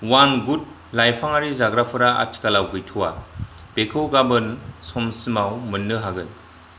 उवान गुद लाइफाङारि जाग्राफोरा आथिखालाव गैथ'वा बेखौ गाबोन समसिमाव मोन्नो हागोन